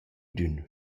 d’ün